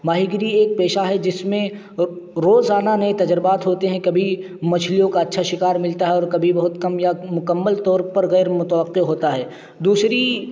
ماہی گیری ایک پیشہ ہے جس میں روزانہ نئے تجربات ہوتے ہیں کبھی مچھلیوں کا اچھا شکار ملتا ہے اور کبھی بہت کم یا مکمل طور پر غیر متوقع ہوتا ہے دوسری